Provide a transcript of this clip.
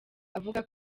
avuga